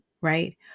right